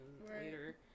later